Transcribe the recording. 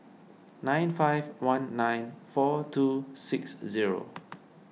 nine five one nine four two six zero